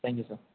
thank you sir